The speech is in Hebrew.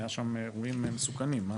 היה שם אירועים מסוכנים.